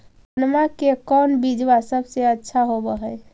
धनमा के कौन बिजबा सबसे अच्छा होव है?